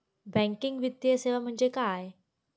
Banking वित्तीय सेवा म्हणजे काय?